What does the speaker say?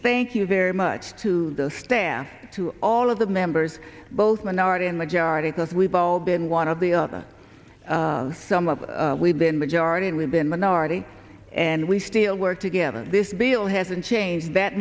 thank you very much to the staff to all of the members both minority and majority because we've all been one of the other some of we've been majority and we've been minority and we still work together this bill hasn't changed